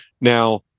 Now